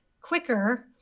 quicker